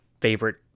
favorite